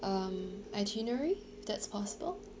um itinerary if that's possible